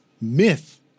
myth